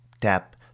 Tap